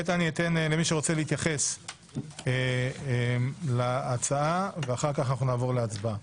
אני אתן למי שרוצה להתייחס להצעה ואחר כך נעבור להצבעה.